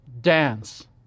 dance